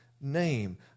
name